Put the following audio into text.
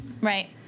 right